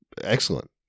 excellent